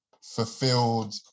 fulfilled